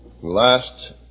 Last